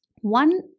One